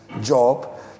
job